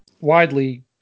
widely